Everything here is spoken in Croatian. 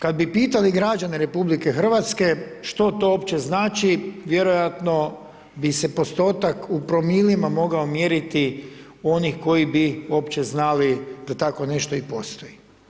Kad bi pitali građane RH što to uopće znači, vjerojatno bi se postotak u promilima mogao mjeriti onih koji bi uopće znali da takvo nešto i postoji.